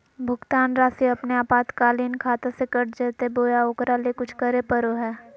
भुक्तान रासि अपने आपातकालीन खाता से कट जैतैय बोया ओकरा ले कुछ करे परो है?